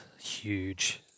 huge